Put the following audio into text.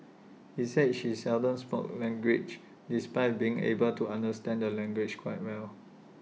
he said she seldom spoke language despite being able to understand the language quite well